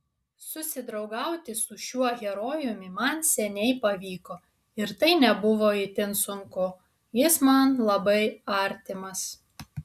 susidraugauti su šiuo herojumi man seniai pavyko ir tai nebuvo itin sunku jis man labai artimas